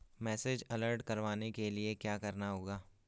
Message alert करवाने के लिए क्या करना होगा?